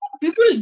People